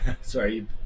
Sorry